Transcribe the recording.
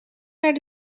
naar